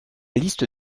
liste